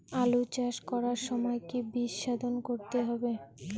আলু চাষ করার সময় কি বীজ শোধন করতে হবে?